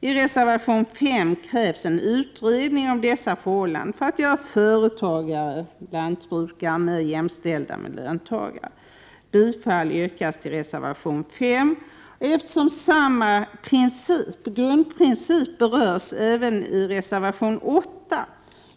I reservation 5 krävs en utredning om dessa förhållanden för att göra företagare, lantbrukare m.fl. jämställda med löntagare. Bifall yrkas till reservation 5 och, eftersom samma grundprincip berörs där, även till reservation 8.